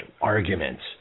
arguments